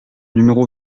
numéro